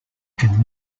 can